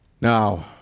Now